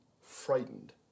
frightened